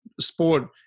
sport